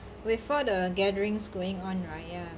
with all the gatherings going on right ya